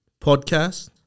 Podcast